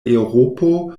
eŭropo